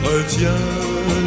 Retiens